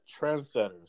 Trendsetters